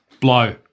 BLOW